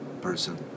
person